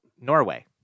Norway